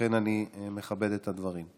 ולכן אני מכבד את הדברים.